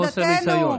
חוסר ניסיון.